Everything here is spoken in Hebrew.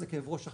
זה כאב ראש אחר,